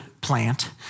plant